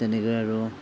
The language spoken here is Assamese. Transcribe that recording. তেনেকৈ আৰু